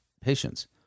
patients